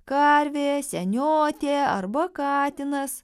karvė seniotė arba katinas